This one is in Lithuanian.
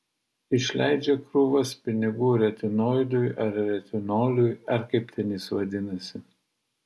išleidžia krūvas pinigų retinoidui ar retinoliui ar kaip ten jis vadinasi